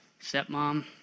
stepmom